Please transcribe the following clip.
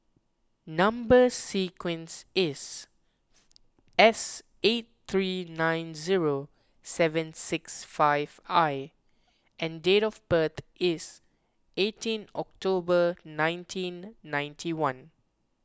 Number Sequence is S eight three nine zero seven six five I and date of birth is eighteen October nineteen ninety one